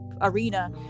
Arena